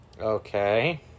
Okay